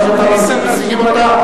אבל כשמשיגים אותה,